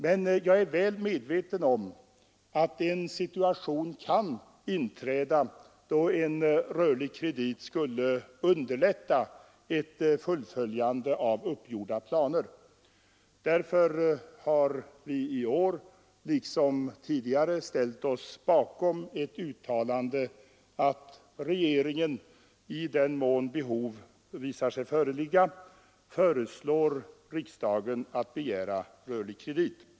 Men jag är väl medveten om att en situation kan uppstå då en rörlig kredit skulle underlätta ett fullföljande av uppgjorda planer. Därför har vi i år liksom tidigare ställt oss bakom ett uttalande att regeringen, i den mån behov visar sig föreligga, föreslår riksdagen att begära rörlig kredit.